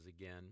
again